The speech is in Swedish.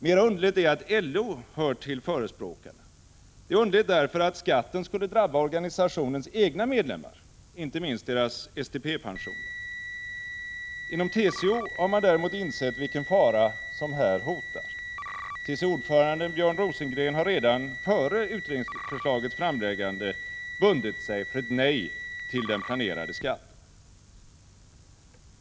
Mera underligt är att LO hör till förespråkarna. Det är underligt, därför att skatten skulle drabba organisationens egna medlemmar, inte minst deras STP-pensioner. Inom TCO har man däremot insett vilken fara som här hotar. TCO ordföranden Björn Rosengren har redan före utredningsförslagets framläggande bundit sig för ett nej till den planerade skatten.